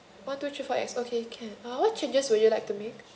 one two three four X okay can uh what changes would you like to make